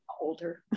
older